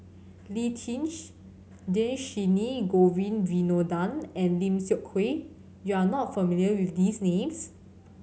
Lee Tjin Dhershini Govin Winodan and Lim Seok Hui you are not familiar with these names